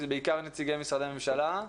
כי זה בעיקר נציגי משרדי ממשלה.